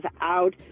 out